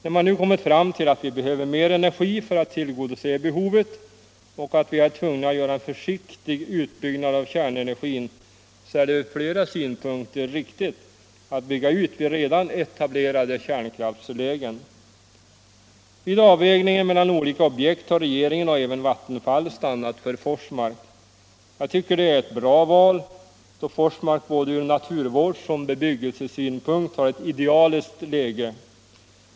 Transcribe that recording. När man nu kommit fram till att vi behöver mer energi för att tillgodose behovet och att vi är tvungna att göra en försiktig utbyggnad av kärnenergin, så är det ur flera synpunkter riktigt att bygga ut vid redan etablerade kärnkraftslägen. Vid avvägningen mellan olika objekt har regeringen och även Vattenfall stannat för Forsmark. Jag tycker det är ett bra val, då Forsmark både ur naturvårdsoch bebyggelsesynpunkt har ett idealiskt läge.